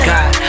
God